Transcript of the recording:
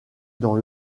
dans